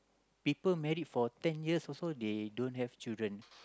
people married for ten years also they don't have children